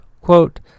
quote